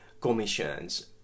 commissions